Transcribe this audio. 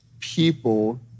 people